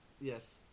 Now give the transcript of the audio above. Yes